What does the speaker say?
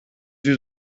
yüz